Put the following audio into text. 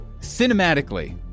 Cinematically